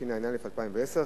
התשע"א 2010,